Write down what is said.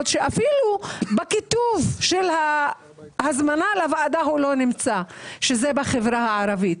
שאפילו בכיתוב של ההזמנה לוועדה לא נמצא החברה הערבית.